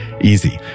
Easy